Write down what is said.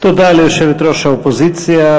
תודה ליושבת-ראש האופוזיציה,